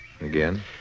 Again